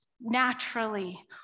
naturally